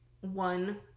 one